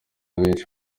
benshi